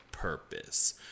purpose